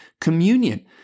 communion